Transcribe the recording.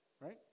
right